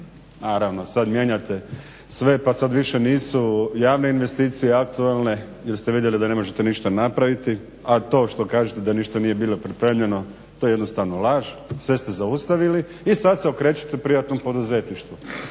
naravno sada mijenjate sve pa sad nisu više javne investicije aktualne jer ste vidjeli da ne možete ništa napraviti, a to što kažete da ništa nije bilo pripremljeno to je jednostavno laž, sve ste zaustavili i sada se okrećete privatnom poduzetništvu